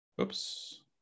Oops